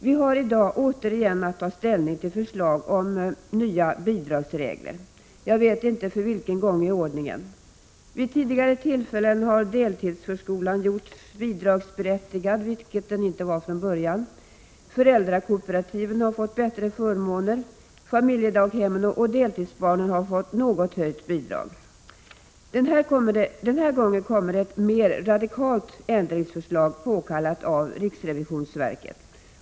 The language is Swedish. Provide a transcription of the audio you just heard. Vi har i dag återigen att ta ställning till förslag om nya bidragsregler — jag vet inte för vilken gång i ordningen. Vid tidigare tillfällen har deltidsförskolan gjorts bidragsberättigad, vilket den inte var från början, föräldrakooperativen har fått bättre förmåner, familjedaghemmen och deltidsbarnen har fått ett något höjt bidrag. Den här gången kommer det ett mer radikalt ändringsförslag, påkallat av riksrevisionsverket.